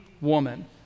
woman